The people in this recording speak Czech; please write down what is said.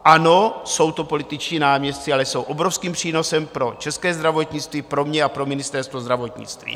Ano, jsou to političtí náměstci, ale jsou obrovským přínosem pro české zdravotnictví, pro mě a pro ministerstvo zdravotnictví.